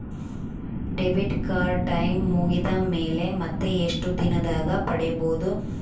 Debit card time ಮುಗಿದ ಮೇಲೆ ಮತ್ತೆ ಎಷ್ಟು ದಿನದಾಗ ಪಡೇಬೋದು?